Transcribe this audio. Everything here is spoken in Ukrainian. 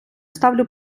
ставлю